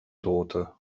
drohte